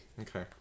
Okay